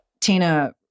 Tina